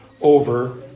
over